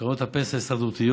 קרנות הפנסיה ההסתדרותיות,